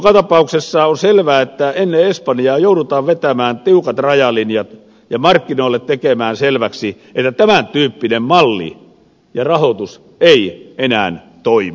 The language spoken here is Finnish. joka tapauksessa on selvää että ennen espanjaa joudutaan vetämään tiukat rajalinjat ja tekemään markkinoille selväksi että tämän tyyppinen malli ja rahoitus ei enää toimi